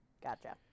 Gotcha